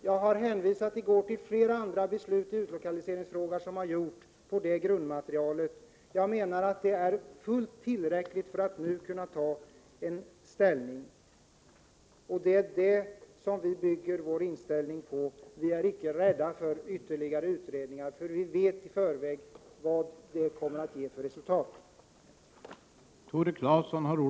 Jag hänvisade i går till flera andra utlokaliseringsbeslut som har fattats utifrån 70-talets erfarenheter. Jag menar att det är fullt tillräckligt underlag för att man nu skall kunna ta ställning. Det är vad vi bygger vår inställning på. Vi är icke rädda för ytterligare utredningar, för vi vet i förväg vad för resultat som de kommer att ge.